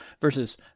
versus